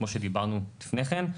כמו שדיברנו לפניכן,